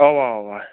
اَوا اَوا